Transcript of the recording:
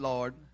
Lord